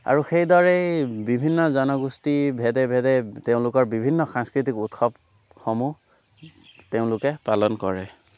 আৰু সেইদৰেই বিভিন্ন জনগোষ্ঠী ভেদে ভেদে তেওঁলোকৰ বিভিন্ন সাংস্কৃতিক উৎসৱসমূহ তেওঁলোকে পালন কৰে